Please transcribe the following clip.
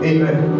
Amen